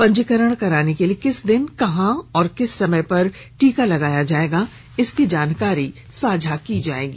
पंजीकरण कराने के लिए किस दिन कहां और किस समय पर टीका लगाया जाएगा इसकी जानकारी साझा की जाएगी